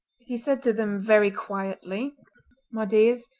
he said to them very quietly my dears,